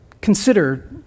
Consider